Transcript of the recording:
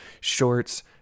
shorts